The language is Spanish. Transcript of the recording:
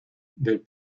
del